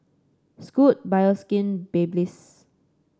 Scoot Bioskin Babyliss